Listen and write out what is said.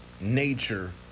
nature